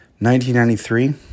1993